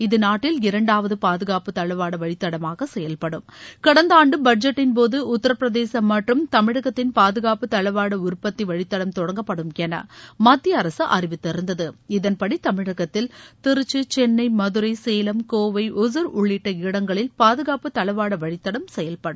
இது நாட்டில் இரண்டாவது பாதுகாப்பு தளவாட வழித்தடமாக செயல்படும் கடந்த ஆண்டு பட்ஜெட்டின் போது உத்தரப்பிரதேச மற்றும் தமிழகத்தின் பாதுகாப்பு தளவாட உற்பத்தி வழித்தடம் தொடங்கப்படும் என மத்திய அரசு அறிவித்திருந்தது இதன்படி தமிழகத்தில் திருச்சி சென்னை மதுரை சேலம் கோவை ஒசூர் உள்ளிட்ட இடங்களில் பாதுகாப்பு தளவாட வழித்தடம் செயல்படும்